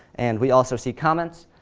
and we also see comments.